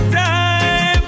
time